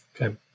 Okay